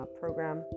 program